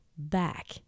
Back